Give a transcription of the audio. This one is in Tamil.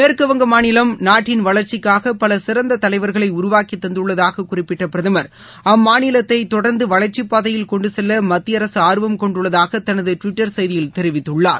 மேற்கு வங்க மாநிலம் நாட்டின் வளர்ச்சிக்காக பல சிறந்த தலைவர்களை உருவாக்கி தந்துள்ளதாக குறிப்பிட்ட பிரதமர் அம்மாநிலத்தை தொடர்ந்து வளர்ச்சிப்பாதையில் கொண்டுசெல்ல மத்திய அரசு ஆர்வம் கொண்டுள்ளதாக தனது டுவிட்டர் செய்தியில் தெரிவித்துள்ளார்